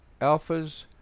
Alphas